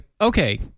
okay